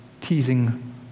teasing